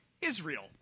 Israel